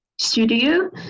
studio